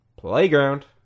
Playground